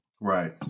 Right